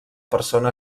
persona